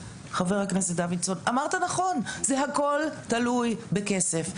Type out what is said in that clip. חבר הכנסת דוידסון, אמרת נכון, הכול תלוי בכסף.